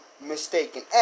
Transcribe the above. mistaken